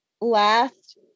last